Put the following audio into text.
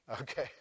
Okay